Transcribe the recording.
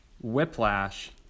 Whiplash